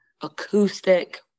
acoustic